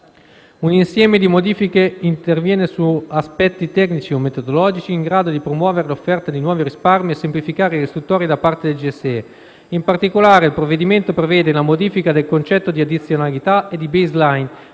un insieme di modifiche interviene su aspetti tecnici o metodologici in grado di promuovere l'offerta di nuovi risparmi e semplificare le istruttorie da parte del GSE. In particolare, il provvedimento prevede la modifica del concetto di addizionalità e di *baseline*,